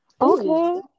okay